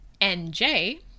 NJ